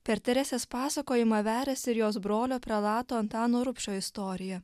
per teresės pasakojimą veriasi ir jos brolio prelato antano rubšio istorija